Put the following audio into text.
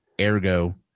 Ergo